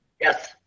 Yes